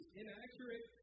inaccurate